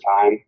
time